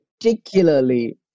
particularly